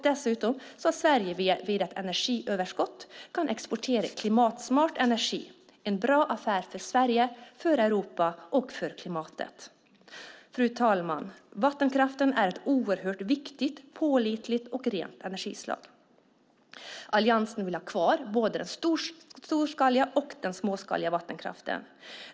Dessutom kan Sverige vid ett energiöverskott exportera klimatsmart energi - en bra affär för Sverige, för Europa och för klimatet. Fru talman! Vattenkraften är ett oerhört viktigt, pålitligt och rent energislag. Alliansen vill ha kvar både den storskaliga och den småskaliga vattenkraften.